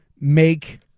make